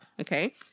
okay